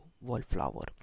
Wallflower